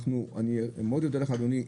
אני מאוד יודה לך אדוני,